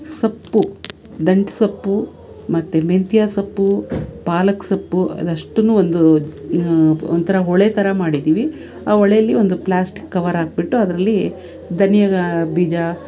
ಸೊಪ್ಪು ದಂಟು ಸೊಪ್ಪು ಮತ್ತು ಮೆಂತೆ ಸೊಪ್ಪು ಪಾಲಕ್ ಸೊಪ್ಪು ಅದಷ್ಟೂ ಒಂದು ಒಂಥರ ಹೊಳೆ ಥರ ಮಾಡಿದ್ದೀವಿ ಆ ಹೊಳೆಲ್ಲಿ ಒಂದು ಪ್ಲ್ಯಾಸ್ಟಿಕ್ ಕವರ್ ಹಾಕ್ಬಿಟ್ಟು ಅದರಲ್ಲಿ ಧನಿಯದ ಬೀಜ